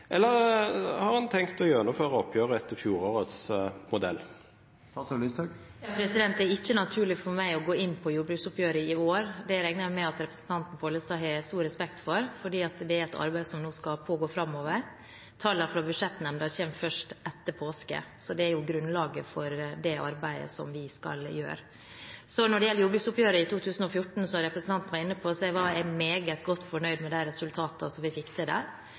eller har en tenkt å gjennomføre oppgjøret etter fjorårets modell? Det er ikke naturlig for meg å gå inn på jordbruksoppgjøret i år. Det regner jeg med at representanten Pollestad har stor respekt for, fordi det er et arbeid som nå skal pågå framover. Tallene fra Budsjettnemnda kommer først etter påske, og det er jo grunnlaget for det arbeidet som vi skal gjøre. Når det gjelder jordbruksoppgjøret i 2014, som representanten var inne på, var jeg meget godt fornøyd med de resultatene vi fikk til der.